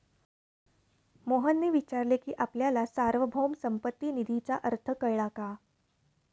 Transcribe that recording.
मोहनने विचारले की आपल्याला सार्वभौम संपत्ती निधीचा अर्थ कळला का?